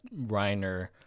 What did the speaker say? Reiner